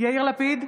יאיר לפיד,